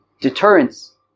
deterrence